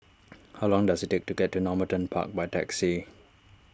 how long does it take to get to Normanton Park by taxi